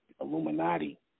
Illuminati